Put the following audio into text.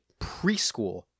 preschool